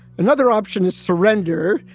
another option is surrender.